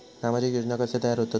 सामाजिक योजना कसे तयार होतत?